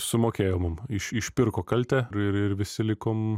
sumokėjo mum iš išpirko kaltę ir ir visi likom